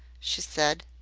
she said.